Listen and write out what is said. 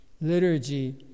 liturgy